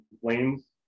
flames